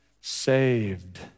saved